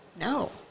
No